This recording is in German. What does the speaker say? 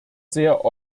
sehr